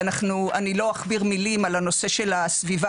אני לא אכביר מילים על הנושא של הסביבה